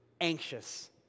anxious